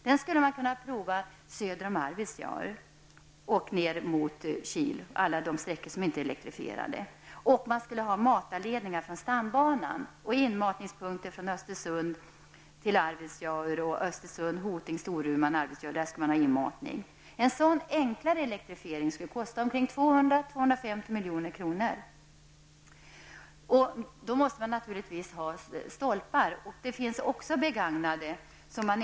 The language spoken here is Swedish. Det går att prova söder om Arvidsjaur och ner mot Kil, dvs. på alla de sträckor som nu inte är elektrifierade. Detta skulle ske med hjälp av matarledningar från stambanan. Arvidsjaur, Storuman och Hoting. En sådan enklare elektrifiering skulle kosta 200--250 milj.kr. Det behövs naturligtvis stolpar. Men det finns också begagnade sådana.